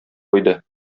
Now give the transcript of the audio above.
куйды